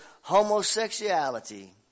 Homosexuality